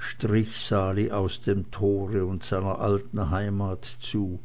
strich sali aus dem tore und seiner alten heimat zu